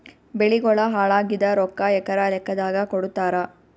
ಬೆಳಿಗೋಳ ಹಾಳಾಗಿದ ರೊಕ್ಕಾ ಎಕರ ಲೆಕ್ಕಾದಾಗ ಕೊಡುತ್ತಾರ?